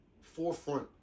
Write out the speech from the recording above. forefront